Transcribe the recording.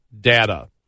data